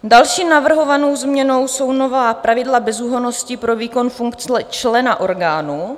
Další navrhovanou změnou jsou nová pravidla bezúhonnosti pro výkon funkce člena orgánu.